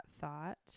thought